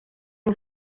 yng